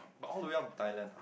all the way up to Thailand